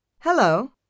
Hello